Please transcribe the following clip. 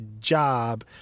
job